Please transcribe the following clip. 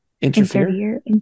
Interfere